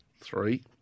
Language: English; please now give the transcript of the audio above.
three